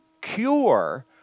cure